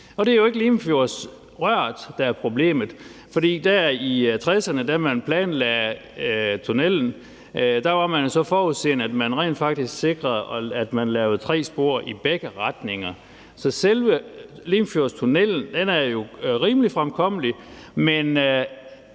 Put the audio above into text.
Det er jo ikke Limfjordsrøret, der er problemet. For der i 1960'erne, da man planlagde tunnellen, var man så forudseende, at man rent faktisk sikrede, at man lavede tre spor i begge retninger. Så selve Limfjordstunnellen er jo rimelig fremkommelig,